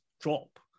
drop